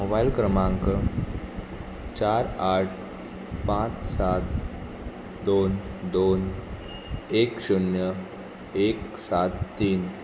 mobile क्रमांक चार आठ पांच सात दोन दोन एक शुन्य एक सात तीन